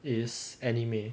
is anime